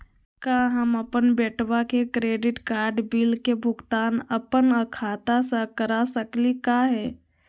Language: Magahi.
का हम अपन बेटवा के क्रेडिट कार्ड बिल के भुगतान अपन खाता स कर सकली का हे?